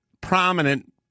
prominent